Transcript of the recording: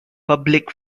public